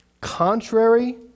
contrary